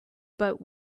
but